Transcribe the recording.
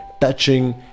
touching